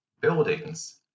buildings